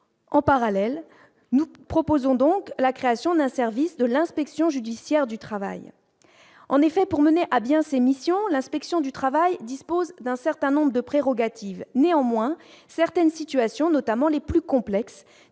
en parallèle, nous proposons donc la création d'un service de l'inspection judiciaire du travail, en effet, pour mener à bien ses missions, l'inspection du travail, dispose d'un certain nombre de prérogatives néanmoins certaines situations, notamment les plus complexes,